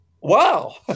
wow